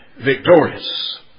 victorious